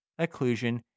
occlusion